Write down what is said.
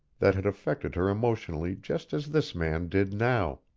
that had affected her emotionally just as this man did now.